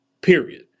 period